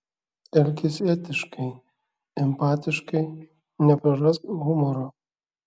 elkis etiškai empatiškai neprarask humoro